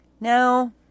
now